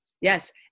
Yes